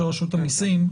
של רשות המיסים.